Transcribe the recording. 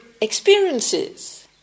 experiences